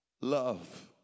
love